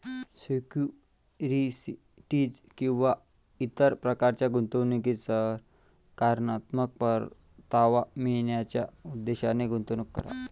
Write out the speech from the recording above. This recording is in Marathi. सिक्युरिटीज किंवा इतर प्रकारच्या गुंतवणुकीत सकारात्मक परतावा मिळवण्याच्या उद्देशाने गुंतवणूक करा